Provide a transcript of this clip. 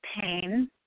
pain